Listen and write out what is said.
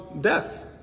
death